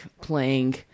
playing